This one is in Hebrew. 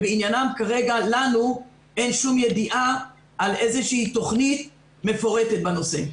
בעניינם כרגע אין לנו שום ידיעה על איזו תוכנית מפורטת בנושא.